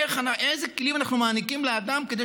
אילו כלים אנחנו מעניקים לאדם כדי